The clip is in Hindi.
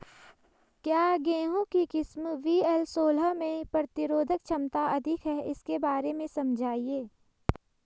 क्या गेहूँ की किस्म वी.एल सोलह में प्रतिरोधक क्षमता अधिक है इसके बारे में समझाइये?